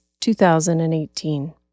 2018